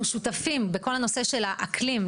אנחנו שותפים בכל הנושא של האקלים,